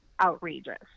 outrageous